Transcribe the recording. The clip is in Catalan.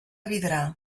vidrà